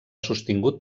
sostingut